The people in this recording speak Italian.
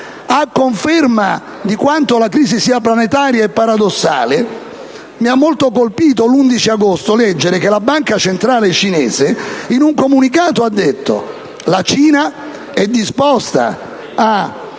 A conferma di quanto la crisi sia planetaria e paradossale, mi ha molto colpito l'11 agosto leggere che la Banca centrale cinese in un comunicato ha detto che la Cina è disposta ad